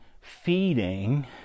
feeding